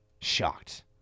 Shocked